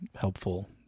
helpful